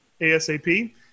ASAP